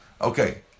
Okay